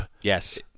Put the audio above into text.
yes